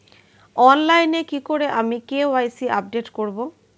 অনলাইনে কি করে আমি কে.ওয়াই.সি আপডেট করব?